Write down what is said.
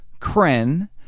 Kren